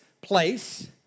place